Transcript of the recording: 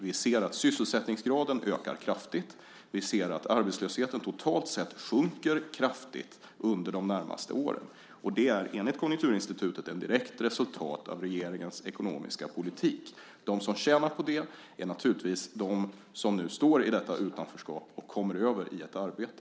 Vi ser att sysselsättningsgraden kraftigt ökar. Vi ser att arbetslösheten totalt sett kraftigt sjunker under de närmaste åren. Det är, enligt Konjunkturinstitutet, ett direkt resultat av regeringens ekonomiska politik. De som tjänar på det är naturligtvis de som nu befinner sig i utanförskap och som kommer över i ett arbete.